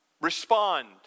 respond